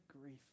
grief